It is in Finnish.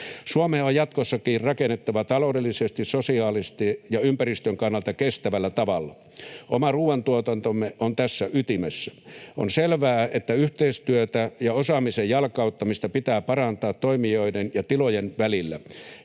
Suomea on jatkossakin rakennettava taloudellisesti, sosiaalisesti ja ympäristön kannalta kestävällä tavalla. Oma ruuantuotantomme on tässä ytimessä. On selvää, että yhteistyötä ja osaamisen jalkauttamista pitää parantaa toimijoiden ja tilojen välillä.